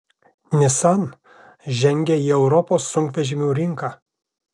nissan žengia į europos sunkvežimių rinką